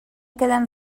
queden